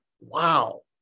wow